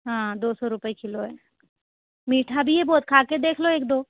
हाँ दो सौ रुपए किलो है मीठा भी है बहुत खा के देख लो एक दो